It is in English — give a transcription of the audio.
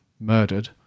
murdered